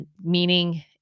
meaning